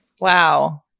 Wow